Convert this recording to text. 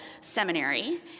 seminary